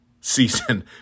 season